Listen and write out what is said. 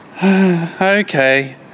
Okay